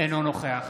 אינו נוכח